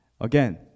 Again